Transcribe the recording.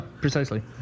precisely